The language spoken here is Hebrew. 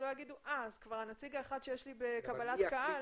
שלא יאמרו שכבר הנציג האחד שיש בקבלת קהל.